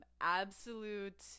absolute